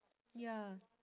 ya